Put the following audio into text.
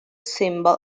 symbol